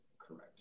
Correct